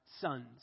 sons